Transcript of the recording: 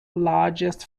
largest